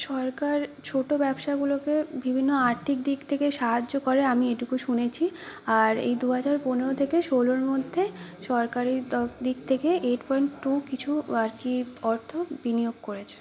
সরকার ছোটো ব্যবসাগুলোকে বিভিন্ন আর্থিক দিক থেকেই সাহায্য করে আমি এটুকু শুনেছি আর এই দু হাজার পনেরো থেকে ষোলোর মধ্যে সরকারি দপ দিক থেকে এইট পয়েন্ট টু কিছু আর কি অর্থ বিনিয়োগ করেছে